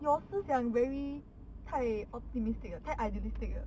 your 思想 very 太 optimistic 了太 idealistic 了